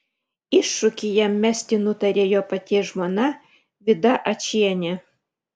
iššūkį jam mesti nutarė jo paties žmona vida ačienė